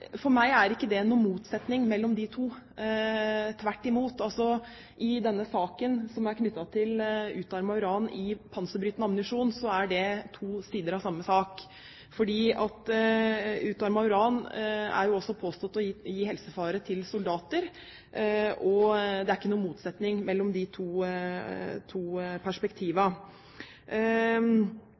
for meg er det ikke noen motsetning mellom disse to – tvert imot. I denne saken, som er knyttet til utarmet uran i panserbrytende ammunisjon, er det to sider av samme sak, for det er påstått at utarmet uran medfører helsefare for soldater. Det er ikke noen motsetning mellom de to